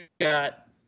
got